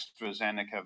AstraZeneca